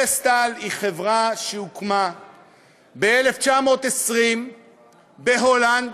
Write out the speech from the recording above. זו חברה שהוקמה ב-1920 בהולנד,